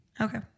Okay